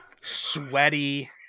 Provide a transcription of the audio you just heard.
sweaty